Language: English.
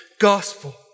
gospel